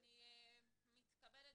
אני מתכבדת,